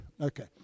okay